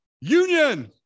Union